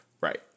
Right